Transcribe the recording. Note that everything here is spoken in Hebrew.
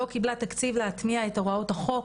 לא קיבלה תקציב להטמיע את הוראות החוק.